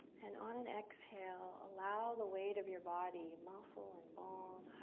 and on an exhale, allow the weight of your body, muscle and bone,